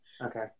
okay